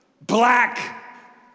black